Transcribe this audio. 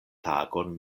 tagon